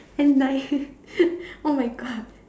eh like oh-my-God